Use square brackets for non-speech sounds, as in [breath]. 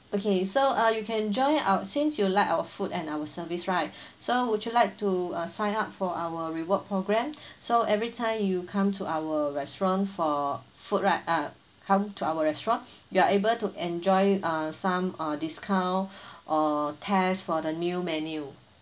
okay so uh you can join our since you like our food and our service right [breath] so would you like to uh sign up for our reward program [breath] so every time you come to our restaurant for food right uh come to our restaurant you are able to enjoy uh some uh discount [breath] or test for the new menu